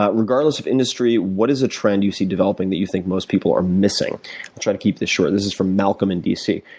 ah regardless of industry, what is a trend you see developing that you think most people are missing? i'll try to keep this short. this is from malcom in dc.